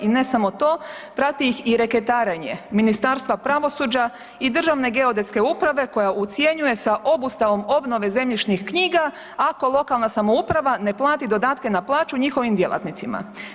I ne samo to, prati ih i reketarenje Ministarstva pravosuđa i Državne geodetske uprave koja ucjenjuje sa obustavom obnove zemljišnih knjiga ako lokalna samouprave ne plati dodatke na plaću njihovim djelatnicima.